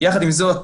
יחד עם זאת,